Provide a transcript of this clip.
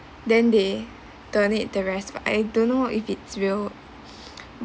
then they turn in the rest but I don't know if it's real